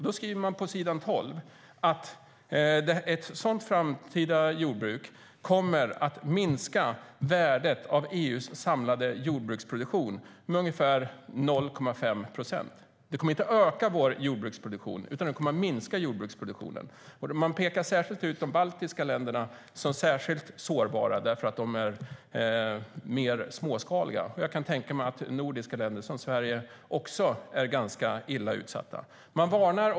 De skriver på s. 12 att ett sådant framtida jordbruk kommer att minska värdet av EU:s samlade jordbruksproduktion med ungefär 0,5 procent. Det kommer inte att öka vår jordbruksproduktion, utan det kommer att minska jordbruksproduktionen. De pekar ut de baltiska länderna som särskilt sårbara därför att de är mer småskaliga. Jag kan tänka mig att nordiska länder som Sverige också är ganska illa utsatta.